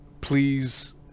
please